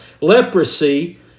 Leprosy